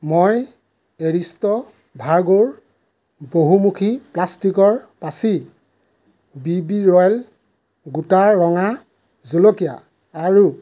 মই এৰিষ্টো ভাৰ্গোৰ বহুমুখী প্লাষ্টিকৰ পাচি বি বি ৰ'য়েল গোটা ৰঙা জলকীয়া আৰু